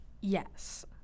Yes